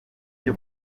byo